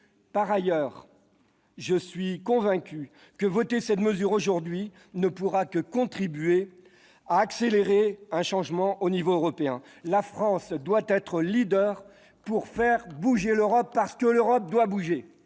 Par ailleurs, je suis convaincu que voter cette mesure aujourd'hui ne pourra que contribuer à accélérer un changement à l'échelon européen. La France doit être leader pour faire bouger l'Europe, parce que l'Europe doit bouger.